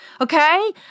Okay